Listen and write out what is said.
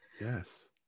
Yes